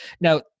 Now